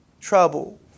trouble